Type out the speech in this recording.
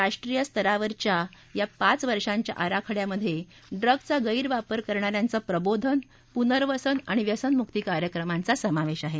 राष्ट्रीय स्तरावरच्या या पाच वर्षाच्या आराखड्यामध्ये डूग्ज चा गैरवापर करणा यांचं प्रबोधन पुनर्वसन आणि व्यसनमुक्ती कार्यक्रमांचा समावेश आहे